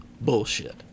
bullshit